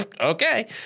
okay